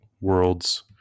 worlds